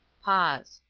pause.